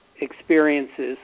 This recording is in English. experiences